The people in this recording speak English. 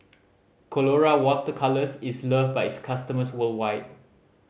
Colora Water Colours is loved by its customers worldwide